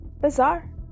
Bizarre